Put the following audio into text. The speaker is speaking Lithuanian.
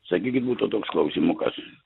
sakykit būtų toks klausimukas